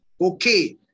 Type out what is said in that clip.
Okay